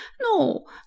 no